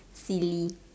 silly